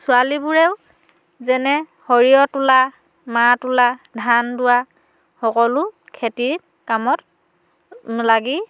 ছোৱালীবোৰেও যেনে সৰিয়হ তোলা মাহ তোলা ধান দোৱা সকলো খেতিত কামত লাগি